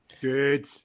Good